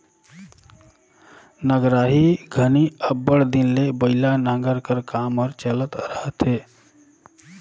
नगराही घनी अब्बड़ दिन ले बइला नांगर कर काम हर चलत रहथे